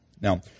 Now